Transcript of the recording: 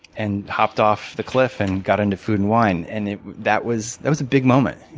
and hopped off the cliff and got into food and wine. and that was that was a big moment.